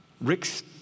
Rick's